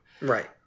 right